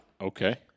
Okay